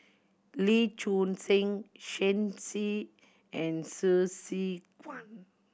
Lee Choon Seng Shen Xi and Hsu Tse Kwang